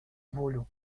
волю